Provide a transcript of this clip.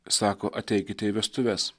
sako ateikite į vestuves